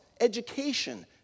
education